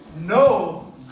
No